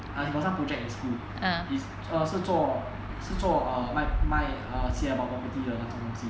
ah he got some project in school it's err 是做是做 err 买卖 err iproperty 的那种东西